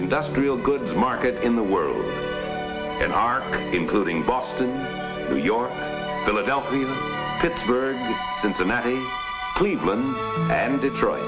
industrial goods market in the world and are including boston new york philadelphia pittsburgh cincinnati cleveland and detroit